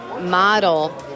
model